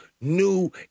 new